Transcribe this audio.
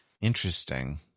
interesting